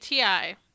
ATI